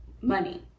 money